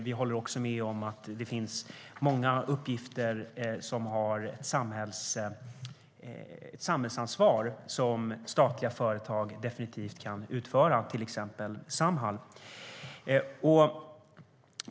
Vi håller med om att det finns många uppgifter som innebär ett samhällsansvar som statliga företag definitivt kan utföra, till exempel Samhall.